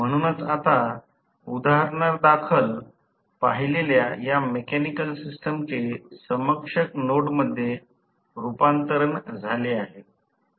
म्हणूनच आता उदाहरणादाखल पाहिलेल्या या मेकॅनिकल सिस्टमचे समकक्ष नोडमध्ये रूपांतरण झाले आहे